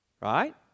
Right